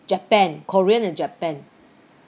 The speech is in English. japan korean and japan